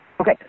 okay